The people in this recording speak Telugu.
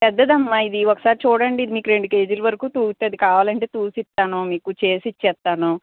పెద్దదమ్మా ఇది ఒకసారి చూడండి ఇది మీకు రెండు కేజీలు వరకు తూగుతుంది కావాలంటే ఇస్తాను మీకు చేసి ఇచ్చేస్తాను